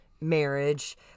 marriage